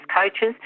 coaches